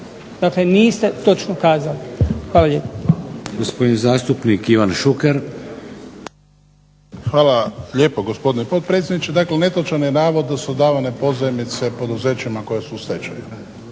Dakle niste točno kazali. Hvala lijepa.